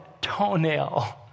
toenail